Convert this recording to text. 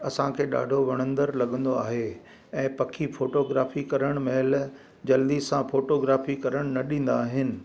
असांखे ॾाढो वणंदड़ लॻंदो आहे ऐं पखी फोटोग्राफी करणु महिल जल्दी सां फोटोग्राफी करण न ॾींदा आहिनि